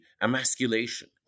emasculation